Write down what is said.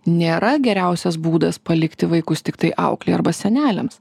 nėra geriausias būdas palikti vaikus tiktai auklei arba seneliams